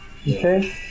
Okay